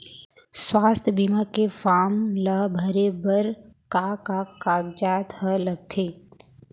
स्वास्थ्य बीमा के फॉर्म ल भरे बर का का कागजात ह लगथे?